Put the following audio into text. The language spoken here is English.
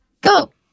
Go